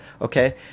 okay